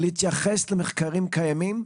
להתייחס למחקרים קיימים.